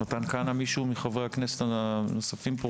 מישהו מחברי הכנסת הנוספים שנמצאים פה,